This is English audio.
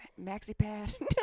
Maxipad